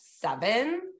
seven